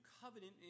covenant